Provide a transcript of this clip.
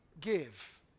give